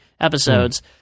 episodes